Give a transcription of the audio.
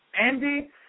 Andy